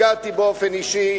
נפגעתי באופן אישי,